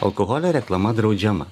alkoholio reklama draudžiama